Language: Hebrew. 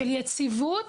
של יציבות,